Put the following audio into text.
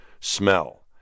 smell